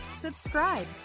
subscribe